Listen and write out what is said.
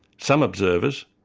some observers,